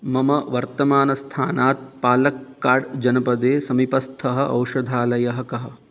मम वर्तमानस्थानात् पालक्काडजनपदे समीपस्थः औषधालयः कः